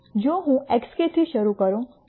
જો હું xk થી શરૂ કરું